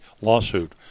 lawsuit